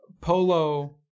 polo